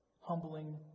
humbling